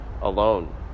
alone